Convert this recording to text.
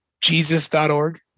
Jesus.org